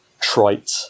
trite